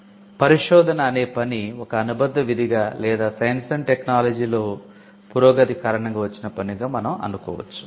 'పరిశోధన' అనే పని ఒక అనుబంధ విధిగా లేదా సైన్స్ అండ్ టెక్నాలజీలో పురోగతి కారణంగా వచ్చిన పనిగా మనం అనుకోవచ్చు